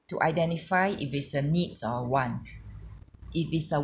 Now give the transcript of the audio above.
to identify if it's a needs or want if it's a